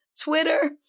Twitter